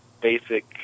basic